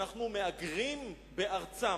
ואנחנו מהגרים בארצם.